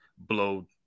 blow